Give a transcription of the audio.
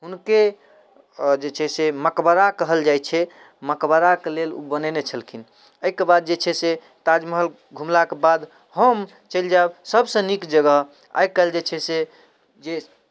हुनके जे छै से मकबरा कहल जाइ छै मकबराके लेल उ बनेने छलखिन अइके बाद जे छै से ताजमहल घुमलाके बाद हम चलि जायब सबसँ नीक जगह आइ काल्हि जे छै से जे